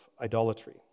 idolatry